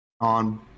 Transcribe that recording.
on